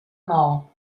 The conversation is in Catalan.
maó